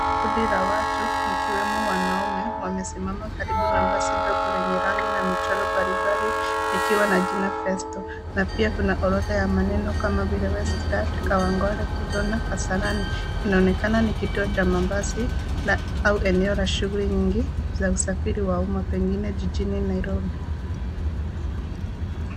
Kundi la watu, wakiwemo wanaume, wamesimama karibu na basi ndogo yenye rangi na michoro mbalimbali, likiwa na jina (cs)Festal(cs). Na pia kuna orodha ya maneno kama vile; Westlands, Kawangware, Kibera, Kasarani. Inaonekana ni kituo cha mabasi au eneo la shughuli nyingi za usafiri wa umma pengine jijini Nairobi.